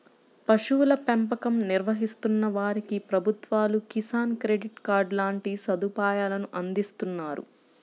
పశువుల పెంపకం నిర్వహిస్తున్న వారికి ప్రభుత్వాలు కిసాన్ క్రెడిట్ కార్డు లాంటి సదుపాయాలను అందిస్తున్నారు